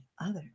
others